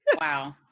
wow